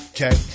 Okay